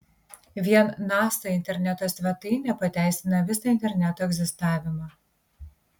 vien nasa interneto svetainė pateisina visą interneto egzistavimą